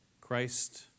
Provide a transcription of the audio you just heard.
Christ